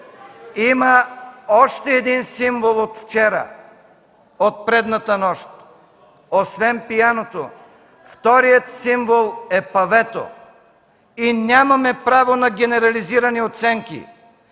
има още един символ от вчера, от предната нощ. Освен пианото, вторият символ е павето. И нямаме право на генерализирани оценки.